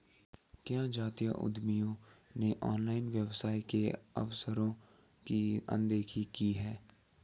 क्या जातीय उद्यमियों ने ऑनलाइन व्यवसाय के अवसरों की अनदेखी की है?